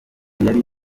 yari